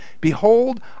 behold